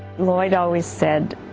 lloyd always said